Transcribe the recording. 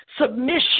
submission